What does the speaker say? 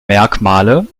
merkmale